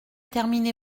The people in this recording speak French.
terminé